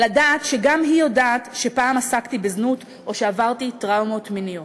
אדע שגם היא יודעת שפעם עסקתי בזנות או שעברתי טראומות מיניות.